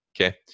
Okay